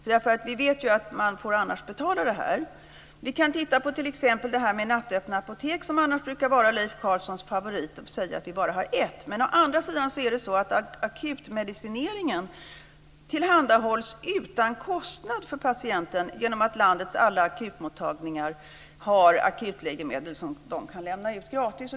Vi vet ju att man annars får betala det här. Vi kan t.ex. titta på det här med nattöppna apotek. Det brukar vara Leif Carlsons favorituttalande att säga att vi bara har ett. Å andra sidan är det så att akutmedicineringen tillhandahålls utan kostnad för patienten genom att landets alla akutmottagningar har akutläkemedel som de kan lämna ut gratis.